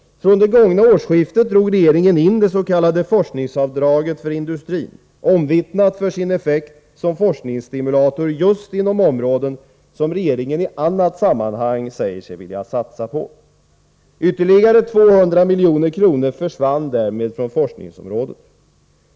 Från det gångna årsskiftet drog regeringen in det s.k. forskningsavdraget för industrin, omvittnat för sin effekt som forskningsstimulator just inom områden som regeringen i annat sammanhang säger sig vilja satsa på. Ytterligare 200 milj.kr. försvann därmed från forskningsområdet.